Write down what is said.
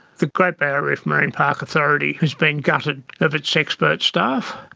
the great barrier reef marine park authority has been gutted of its expert staff.